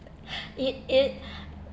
it it